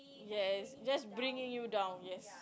yes just bring you down yes